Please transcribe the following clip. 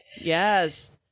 Yes